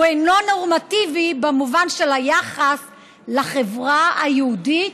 הוא אינו נורמטיבי במובן של היחס לחברה היהודית,